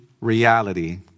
reality